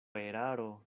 eraro